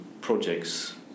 projects